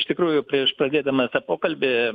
iš tikrųjų prieš pradėdami tą pokalbį